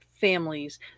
families